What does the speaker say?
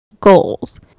goals